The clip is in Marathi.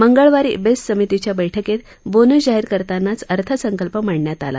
मंगळवारी बेस्ट समितीच्या बैठकीत बोनस जाहीर करतानाच अर्थसंकल्प मांडण्यात आला